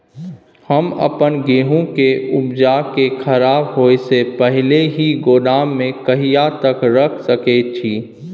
हम अपन गेहूं के उपजा के खराब होय से पहिले ही गोदाम में कहिया तक रख सके छी?